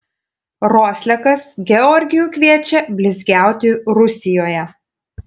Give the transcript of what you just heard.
roslekas georgijų kviečia blizgiauti rusijoje